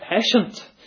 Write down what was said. patient